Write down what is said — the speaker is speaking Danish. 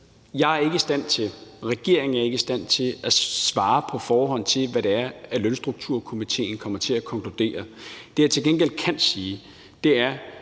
Jeg er ikke i stand til og regeringen er ikke i stand til på forhånd at svare på, hvad det er, lønstrukturkomitéen kommer til at konkludere. Det, jeg til gengæld kan sige, er,